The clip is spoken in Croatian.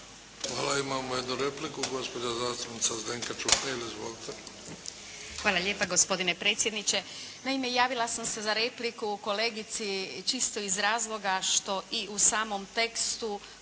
Hvala. Imamo jednu repliku. Gospođa zastupnica Zdenka Čuhnil. Izvolite. **Čuhnil, Zdenka (Nezavisni)** Hvala lijepa gospodine predsjedniče. Naime, javila sam se za repliku kolegici čisto iz razloga što i u samom tekstu,